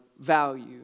value